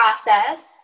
process